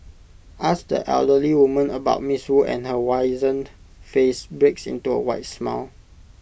ask the elderly woman about miss wu and her wizened face breaks into A wide smile